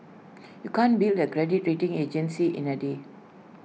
you can't build A credit rating agency in A day